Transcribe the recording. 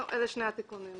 אלה שני התיקונים העיקריים.